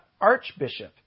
archbishop